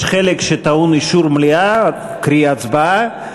יש חלק שטעון אישור מליאה, קרי הצבעה.